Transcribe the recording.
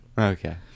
Okay